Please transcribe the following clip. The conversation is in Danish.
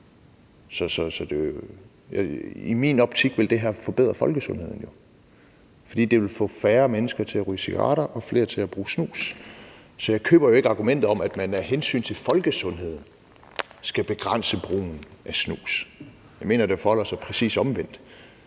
i min optik vil det her forbedre folkesundheden, fordi det vil få færre mennesker til at ryge cigaretter og flere til at bruge snus. Så jeg køber ikke argumentet om, at man af hensyn til folkesundheden skal begrænse brugen af snus. Jeg mener, det forholder sig præcis omvendt.